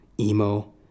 Emo